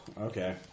Okay